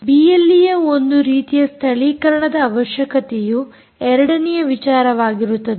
ಬಿಎಲ್ಈಯ ಒಂದು ರೀತಿಯ ಸ್ಥಳೀಕರಣದ ಅವಶ್ಯಕತೆಯು ಎರಡನೆಯ ವಿಚಾರವಾಗಿರುತ್ತದೆ